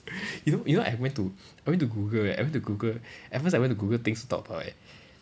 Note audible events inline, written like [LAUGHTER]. [BREATH] you know you know I went to I went to google right I went to google at first I went to google things to talk about eh